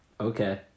Okay